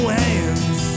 hands